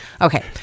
Okay